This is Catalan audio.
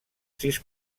sis